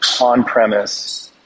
on-premise